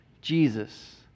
Jesus